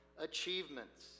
achievements